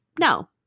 no